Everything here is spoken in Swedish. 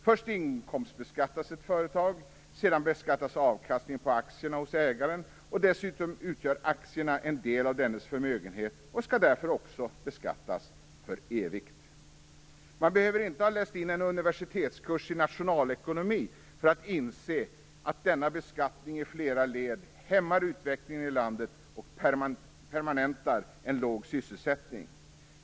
Först inkomstbeskattas ett företag, sedan beskattas avkastningen på aktierna hos ägaren, och dessutom utgör aktierna en del av dennes förmögenhet och skall därför också beskattas för evigt. Man behöver inte ha läst in en universitetskurs i nationalekonomi för att inse att denna beskattning i flera led hämmar utvecklingen i landet och permanentar en låg sysselsättning.